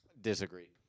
Disagree